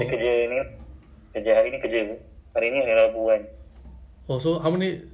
oh then uh how how's your job search